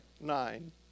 nine